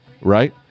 right